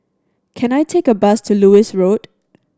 can I take a bus to Lewis Road